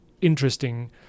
interesting